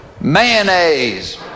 Mayonnaise